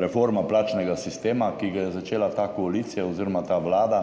reforma plačnega sistema, ki ga je začela ta koalicija oziroma ta vlada.